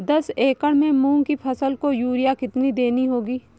दस एकड़ में मूंग की फसल को यूरिया कितनी देनी होगी?